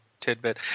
tidbit